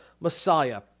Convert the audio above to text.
messiah